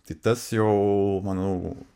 tai tas jau manau